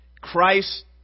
Christ